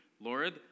Lord